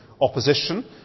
opposition